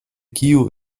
kiu